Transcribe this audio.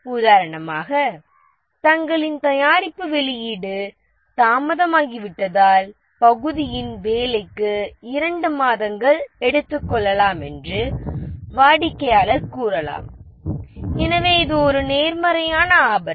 உதாரணமாக தங்களின் தயாரிப்பு வெளியீடு தாமதமாகிவிட்டதால் பகுதியின் வேலைக்கு 2 மாதங்கள் எடுத்துக்கொள்ளலாம் என்று வாடிக்கையாளர் கூறலாம் எனவே இது ஒரு நேர்மறையான ஆபத்து